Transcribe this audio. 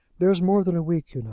there is more than a week, you know.